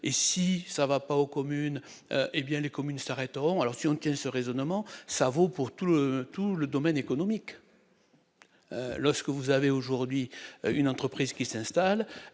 et si ça va pas aux communes, hé bien les communes s'arrêteront alors si on tient ce raisonnement, ça vaut pour tout le tout le domaine économique, lorsque vous avez aujourd'hui une entreprise qui s'installe,